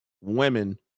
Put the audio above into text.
women